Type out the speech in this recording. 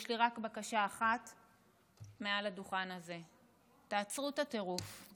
יש לי רק בקשה אחת מעל הדוכן הזה: תעצרו את הטירוף.